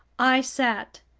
i sat,